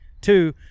two